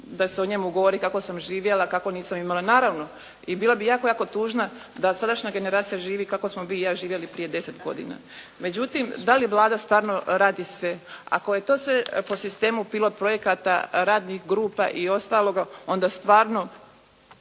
da se o njemu govori kako sam živjela, kako nisam imala. Naravno i bila bih jako, jako tužna da sadašnja generacija živi kako smo vi i ja živjeli prije 10 godina. Međutim, da li Vlada stvarno radi sve? Ako je to sve po sistemu pilot projekata, radnih grupa i ostaloga, onda stvarno